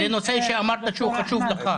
זה נושא שאמרת שהוא חשוב לך.